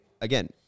again